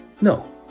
No